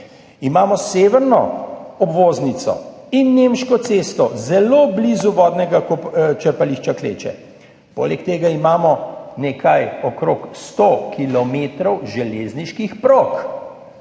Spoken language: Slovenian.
Imamo severno obvoznico in Nemško cesto, zelo blizu vodnega črpališča Kleče. Poleg tega imamo okrog 100 kilometrov železniških prog